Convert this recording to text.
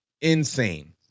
insane